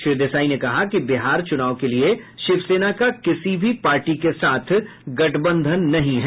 श्री देसाई ने कहा कि बिहार चुनाव के लिए शिवसेना का किसी भी पार्टी के साथ गठबंधन नहीं है